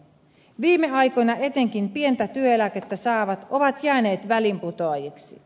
viime aikoina etenkin pientä työeläkettä saavat ovat jääneet väliinputoajiksi